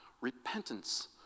Repentance